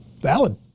valid